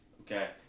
okay